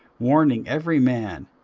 warning every man,